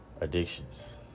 addictions